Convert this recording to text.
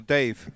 Dave